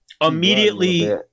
Immediately